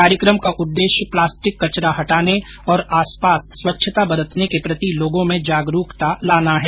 कार्यक्रम का उद्देश्य प्लास्टिक कचरा हटाने और आसपास स्वच्छता बरतने के प्रति लोगों में जागरुकता लाना है